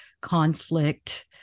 conflict